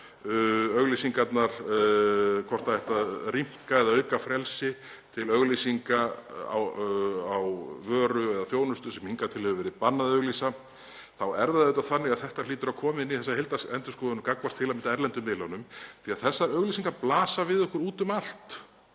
um auglýsingarnar, hvort það ætti að rýmka eða auka frelsi til auglýsinga á vöru eða þjónustu sem hingað til hefur verið bannað að auglýsa, þá er það auðvitað þannig að þetta hlýtur að koma inn í þessa heildarendurskoðun gagnvart til að mynda erlendu miðlunum því að þessar auglýsingar blasa við okkur út um allt.